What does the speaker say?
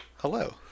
Hello